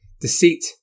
Deceit